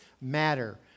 matter